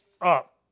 up